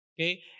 okay